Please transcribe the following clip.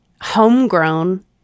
homegrown